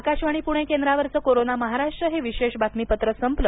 आकाशवाणी पूणे केंद्रावरच कोरोना महाराष्ट्र हे विशेषबातमीपत्र संपल